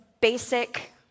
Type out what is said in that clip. basic